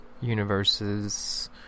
universes